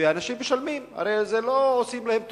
אנשים משלמים, הרי לא עושים להם טובות.